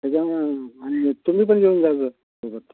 त्याच्यामध्ये आणि तुम्ही पण येऊन जा गं सोबत